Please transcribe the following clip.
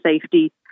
safety